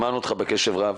שמענו אותך בקשב רב,